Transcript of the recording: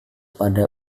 pada